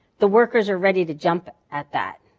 the workers are ready to jump at that.